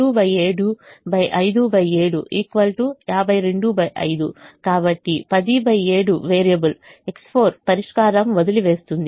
కాబట్టి 107 variable X4 పరిష్కారం వదిలివేస్తుంది